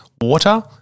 water